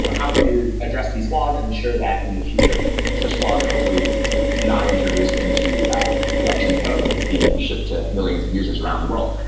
you know how can they address these laws and ensure that in the future such laws are hopefully not introduced into ah production code that's being shipped to millions of users around the world.